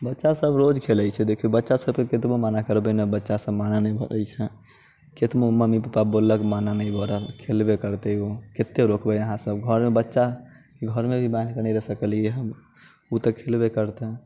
बच्चा सब रोज खेले छै देखियो बच्चा सबके केतबो माना करबै ने बच्चा सब माने नहि मनै छै केतबो मम्मी पप्पा बोललक मन नहि भरल खेलबे करते ओ केतबो रोकबे अहाँ सब घऽरमे बच्चा घऽरमे भी बान्हिके नहि रख सकलियै हँ उ तऽ खेलबे करते